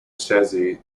chassis